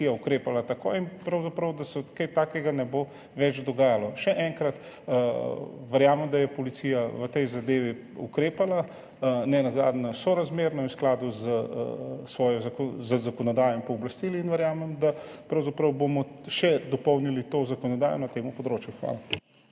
da bo policija ukrepala takoj in da se kaj takega ne bo več dogajalo. Še enkrat, verjamem, da je policija v tej zadevi ukrepala, nenazadnje sorazmerno in v skladu s svojo zakonodajo in pooblastili, in verjamem, da bomo pravzaprav še dopolnili to zakonodajo na tem področju. Hvala.